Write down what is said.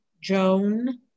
Joan